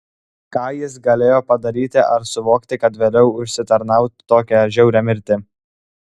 ką jis galėjo padaryti ar suvokti kad vėliau užsitarnautų tokią žiaurią mirtį